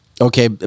Okay